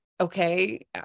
okay